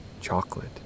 chocolate